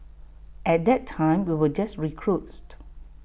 at that time we were just recruits